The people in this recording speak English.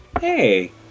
Hey